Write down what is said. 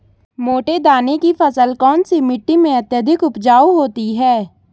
मोटे दाने की फसल कौन सी मिट्टी में अत्यधिक उपजाऊ होती है?